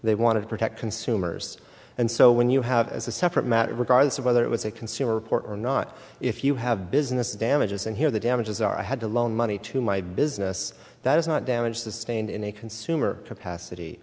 they want to protect consumers and so when you have as a separate matter regardless of whether it was a consumer report or not if you have business damages and here the damages are i had to loan money to my business that is not damage sustained in a consumer capacity